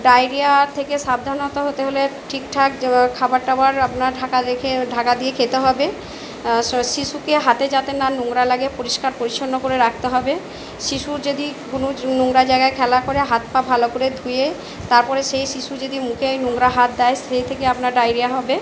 ডাইরিয়ার থেকে সাবধানতা হতে হলে ঠিক ঠাক যেমন খাবার টাবার আপনার ঢাকা রেখে ঢাকা দিয়ে খেতে হবে শিশুকে হাতে যাতে না নোংরা লাগে পরিষ্কার পরিচ্ছন্ন করে রাখতে হবে শিশুর যদি কোনো নোংরা জায়গায় খেলা করে হাত পা ভালো করে ধুয়ে তারপরে সেই শিশু যদি মুখে নোংরা হাত দেয় সেই থেকে আপনার ডাইরিয়া হবে